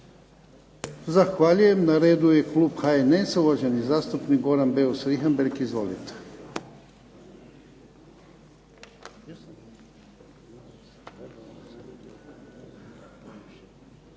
Zahvaljujem. Na redu je klub HNS-a, uvaženi zastupnik Goran Beus Richembergh. Izvolite.